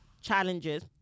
challenges